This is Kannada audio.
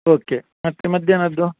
ಓಕೆ ಮತ್ತು ಮಧ್ಯಾಹ್ನದ್ದು